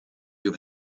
you